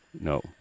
no